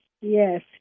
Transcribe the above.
Yes